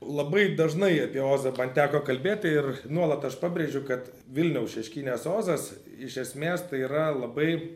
labai dažnai apie ozą man teko kalbėt ir nuolat aš pabrėžiu kad vilniaus šeškinės ozas iš esmės tai yra labai